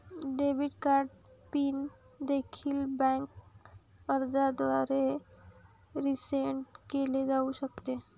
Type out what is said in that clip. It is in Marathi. डेबिट कार्ड पिन देखील बँक अर्जाद्वारे रीसेट केले जाऊ शकते